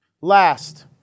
Last